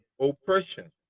oppression